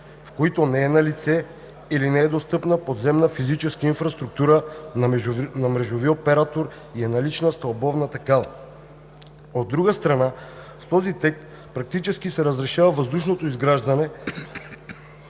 в които не е налице или не е достъпна подземна физическа инфраструктура на мрежовия оператор и е налична стълбовна такава. От друга страна, с този текст практически се разрешава въздушното изграждане